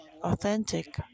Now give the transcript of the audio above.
authentic